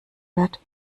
wird